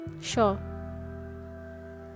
sure